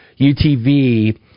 UTV